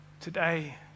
today